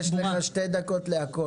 לצערי יש לך שתי דקות בסך הכול.